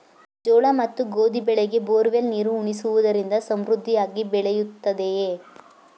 ಜೋಳ ಮತ್ತು ಗೋಧಿ ಬೆಳೆಗೆ ಬೋರ್ವೆಲ್ ನೀರು ಉಣಿಸುವುದರಿಂದ ಸಮೃದ್ಧಿಯಾಗಿ ಬೆಳೆಯುತ್ತದೆಯೇ?